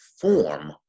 form